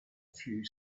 few